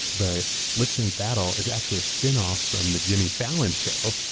but lip sync battle is actually a spin off from the jimmy fallon show.